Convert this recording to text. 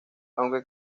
aunque